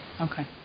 Okay